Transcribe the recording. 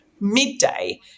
midday